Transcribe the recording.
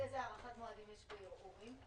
אז איזה הארכת מועדים יש בערעורים?